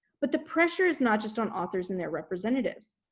but the pressure is not just on authors and their representatives.